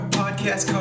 podcast